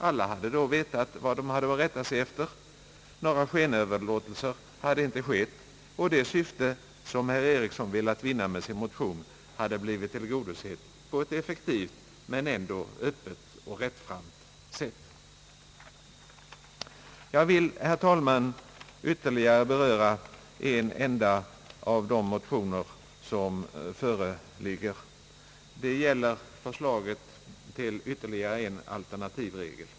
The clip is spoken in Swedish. Alla hade då vetat vad de hade att rätta sig efter, några skenöverlåtelser hade inte skett, och det syfte som herr Eriksson velat vinna med sin motion hade blivit tillgodosett på ett effektivt men ändå öppet och rättframt sätt. Jag vill, herr talman, ytterligare beröra en enda av de reservationer som föreligger. Det gäller förslaget till ytterligare en alternativregel.